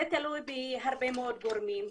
זה תלוי בהרבה מאוד גורמים,